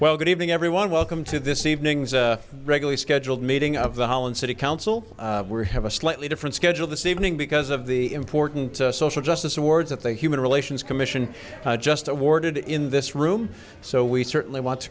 well good evening everyone welcome to this evening's regularly scheduled meeting of the holland city council we're have a slightly different schedule this evening because of the important social justice awards of the human relations commission just awarded in this room so we certainly wa